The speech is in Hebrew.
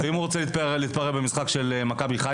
ואם הוא רוצה להתפרע במשחק של מכבי חיפה?